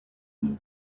ней